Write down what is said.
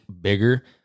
bigger